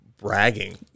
bragging